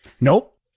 Nope